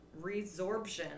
resorption